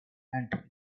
and